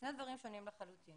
אלה שני דברים שונים לחלוטין.